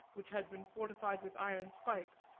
which had been fortified with iron spikes,